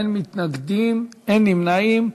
אין מתנגדים, אין נמנעים.